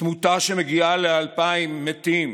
תמותה שמגיעה ל-2,000 מתים,